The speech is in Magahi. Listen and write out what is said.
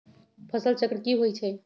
फसल चक्र की होइ छई?